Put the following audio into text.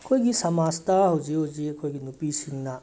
ꯑꯩꯈꯣꯏꯒꯤ ꯁꯃꯥꯖꯇ ꯍꯧꯖꯤꯛ ꯍꯧꯖꯤꯛ ꯑꯩꯈꯣꯏꯒꯤ ꯅꯨꯄꯤꯁꯤꯡꯅ